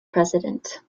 president